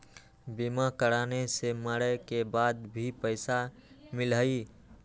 बीमा कराने से मरे के बाद भी पईसा मिलहई?